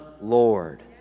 Lord